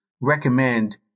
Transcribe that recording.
recommend